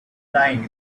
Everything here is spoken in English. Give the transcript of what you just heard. lying